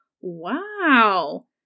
Wow